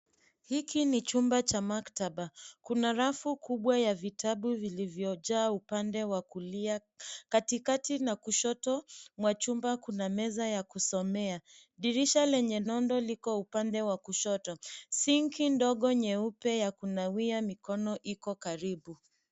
Hiki ni chumba cha maktaba. Kuna rafu kubwa ya vitabu vilivyo jaa upande wa kulia. Katikati na kushoto mwa chumba kuna meza ya kusomea. Dirisha lenye nondo liko upande wa kushoto. Sinki ndogo nyeupe ya kunawia mikono iko karibu.